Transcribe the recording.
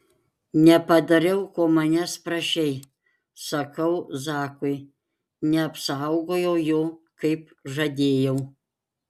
nepadariau ko manęs prašei sakau zakui neapsaugojau jo kaip žadėjau